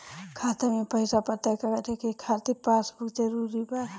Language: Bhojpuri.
खाता में पईसा पता करे के खातिर पासबुक जरूरी बा?